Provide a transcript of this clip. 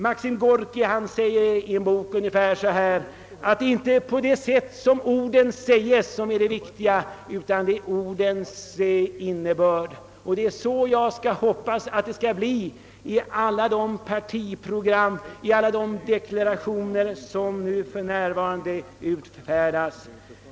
Maxim Gorki säger i en bok ungefär så här: Det är inte det sätt på vilket orden sägs som är det viktiga, det är ordens innebörd. Det är så jag hoppas att det skall bli i alla våra partiprogram och i alla de deklarationer som för närvarande utfärdas.